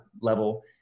level